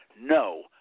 no